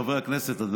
חברי הכנסת,